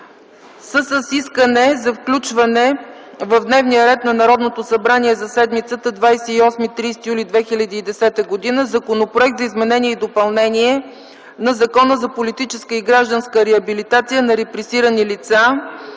с искане за включване в дневния ред на Народното събрание за седмицата 28-30 юли Законопроект за изменение и допълнение на Закона за политическа и гражданска реабилитация на репресирани лица,